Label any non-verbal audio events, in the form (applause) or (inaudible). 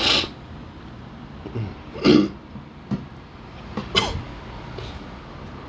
(breath) (coughs) (coughs)